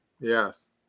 Yes